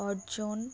অর্জন